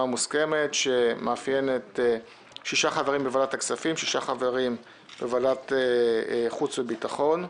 מוסכמת של 6 חברים בוועדת כספים ו-6 חברים בוועדת חוץ וביטחון.